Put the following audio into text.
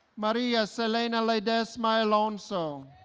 maria selena ledesma alonso